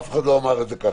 אף אחד לא אמר את זה כך.